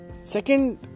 Second